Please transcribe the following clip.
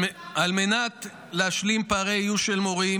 שר החינוך --- על מנת להשלים פערי איוש של מורים,